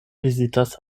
vizitas